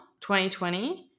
2020